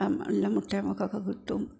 എല്ലാം മുട്ടയും നമുക്കൊക്കെ കിട്ടും